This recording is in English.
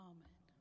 Amen